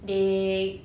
they